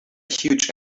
huge